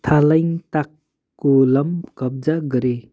थालाइन्ताक्कोलम कब्जा गरे